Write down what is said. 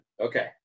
Okay